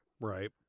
Right